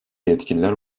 yetkililer